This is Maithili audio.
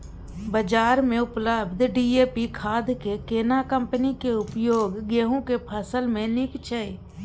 बाजार में उपलब्ध डी.ए.पी खाद के केना कम्पनी के उपयोग गेहूं के फसल में नीक छैय?